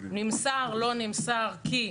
לפיה נמסר לא נמסר כי,